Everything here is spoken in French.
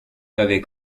avait